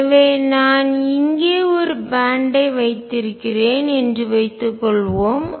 எனவே நான் இங்கே ஒரு பேன்ட் ஐ பட்டை வைத்திருக்கிறேன் என்று வைத்துக்கொள்வோம்